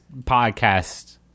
podcast